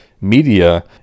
media